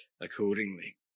accordingly